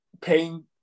paying